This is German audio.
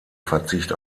verzicht